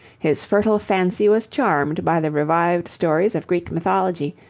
his fertile fancy was charmed by the revived stories of greek mythology,